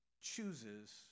chooses